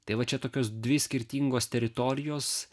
tai va čia tokios dvi skirtingos teritorijos